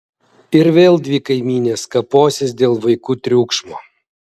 ir vėl dvi kaimynės kaposis dėl vaikų triukšmo